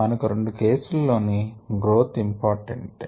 మనకు రెండు కేస్ లలోను గ్రోత్ ఇంపార్టెంటే